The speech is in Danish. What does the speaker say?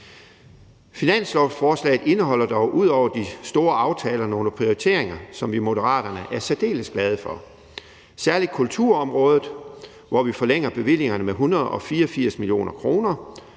Finanslovsforslaget indeholder dog ud over de store aftaler nogle prioriteringer, som vi i Moderaterne er særdeles glade for – særlig kulturområdet, hvor vi forlænger bevillingerne med 184 mio. kr.